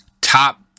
top